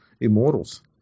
immortals